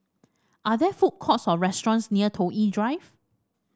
are there food courts or restaurants near Toh Yi Drive